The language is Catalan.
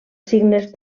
signes